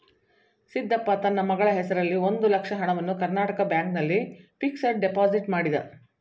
ಸಿದ್ದಪ್ಪ ತನ್ನ ಮಗಳ ಹೆಸರಿನಲ್ಲಿ ಒಂದು ಲಕ್ಷ ಹಣವನ್ನು ಕರ್ನಾಟಕ ಬ್ಯಾಂಕ್ ನಲ್ಲಿ ಫಿಕ್ಸಡ್ ಡೆಪೋಸಿಟ್ ಮಾಡಿದ